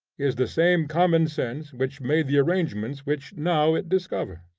is the same common sense which made the arrangements which now it discovers.